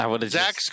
Zach